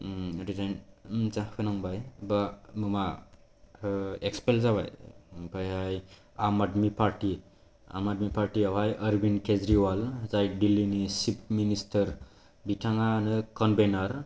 resign दा होनांबाय माबा एक्सपेल जाबाय आमफ्रायहाय आम आदमि पार्टि आम आदमि पार्टियावहाय अर्विन्द केजरिवाल जाय दिल्लीनि चिफ मिनिस्टार बिथाङानो कोनभेनार